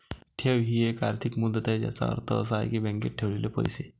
ठेव ही एक आर्थिक मुदत आहे ज्याचा अर्थ असा आहे की बँकेत ठेवलेले पैसे